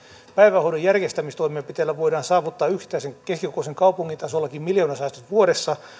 päivähoidon järjestämistoimenpiteillä voidaan saavuttaa yksittäisen keskikokoisen kaupunginkin tasolla miljoonasäästöt vuodessa